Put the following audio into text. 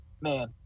man